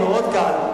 מאוד קל,